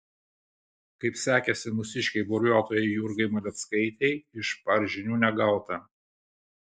kaip sekėsi mūsiškei buriuotojai jurgai maleckaitei iš par žinių negauta